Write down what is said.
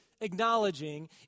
acknowledging